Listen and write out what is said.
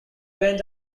went